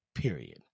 period